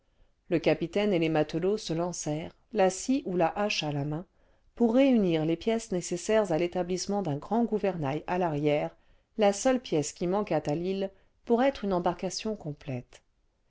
le capitaine et les matelots se lancèrent la scie ou la hache à la main pour réunir les pièces nécessaires à l'établissement d'un grand gouvernail à l'arrière la seule pièce qui manquât à l'île pour être une embarcation complète